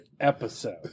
episode